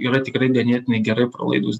yra tikrai ganėtinai gerai pralaidūs